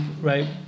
right